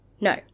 No